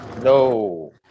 no